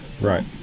Right